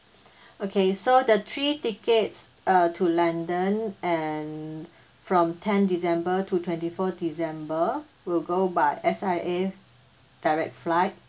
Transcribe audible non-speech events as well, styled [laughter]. [breath] okay so the three tickets uh to london and from ten december to twenty four december will go by S_I_A direct flight